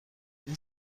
این